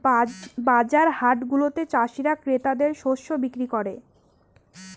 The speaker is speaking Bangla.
বাজার হাটগুলাতে চাষীরা ক্রেতাদের শস্য বিক্রি করে